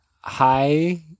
Hi